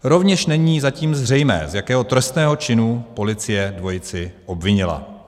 Rovněž není zatím zřejmé, z jakého trestného činu policie dvojici obvinila.